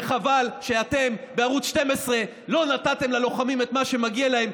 וחבל שאתם בערוץ 12 לא נתתם ללוחמים את מה שמגיע להם,